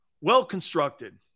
well-constructed